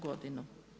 godinu.